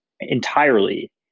entirely